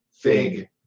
fig